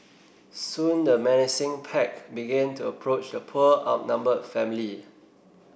soon the menacing pack began to approach the poor outnumbered family